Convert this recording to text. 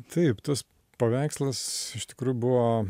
taip tas paveikslas iš tikrųjų buvo